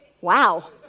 Wow